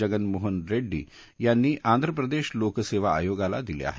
जगनमोहन रेङ्डी यांनी आंध्र प्रदेश लोकसेवा आयोगाला दिले आहेत